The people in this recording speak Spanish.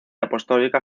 apostólica